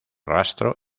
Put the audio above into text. rastro